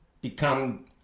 become